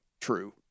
true